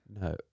No